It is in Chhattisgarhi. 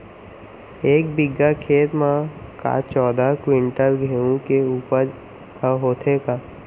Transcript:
एक बीघा खेत म का चौदह क्विंटल गेहूँ के उपज ह होथे का?